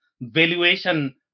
valuation